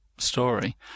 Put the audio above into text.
story